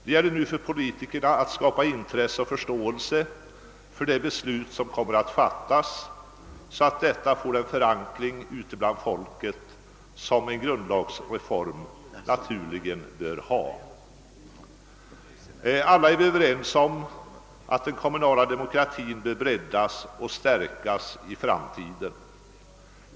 Det gäller nu för politikerna att skapa intresse och förståelse för det beslut som kommer att fattas, så att det får den förankring ute bland folket som en sgrundlagsreform «naturligen bör ha. Alla är vi ense om att den kommunala demokratin i framtiden bör breddas och stärkas.